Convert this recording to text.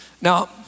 Now